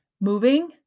moving